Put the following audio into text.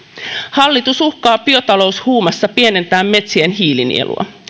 hallitus uhkaa biotaloushuumassa pienentää metsien hiilinielua